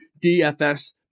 DFS